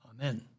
Amen